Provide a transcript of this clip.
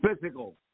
Physical